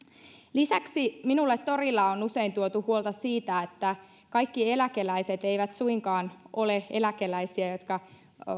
lisäksi minulle on torilla usein tuotu huolta siitä että kaikki eläkeläiset eivät suinkaan ole eläkeläisiä jotka